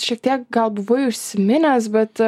šiek tiek gal buvai užsiminęs bet